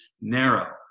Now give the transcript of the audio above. narrow